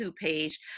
page